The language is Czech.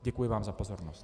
Děkuji vám za pozornost.